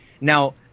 Now